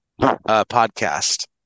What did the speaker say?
podcast